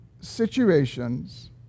situations